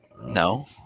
No